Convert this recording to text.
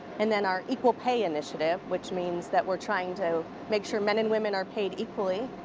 and then our equal pay initiative, which means that we're trying to make sure men and women are paid equally,